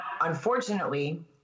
Unfortunately